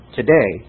today